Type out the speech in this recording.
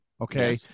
Okay